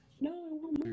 No